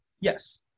Yes